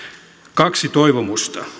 kaksi toivomusta